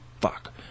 fuck